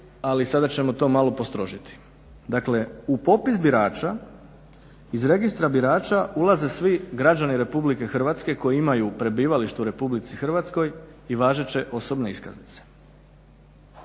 ali sada ćemo to malo postrožiti. Dakle, u popis birača iz registra birača ulaze svi građani Republike Hrvatske koji imaju prebivalište u Republici Hrvatskoj i važeće osobne iskaznice.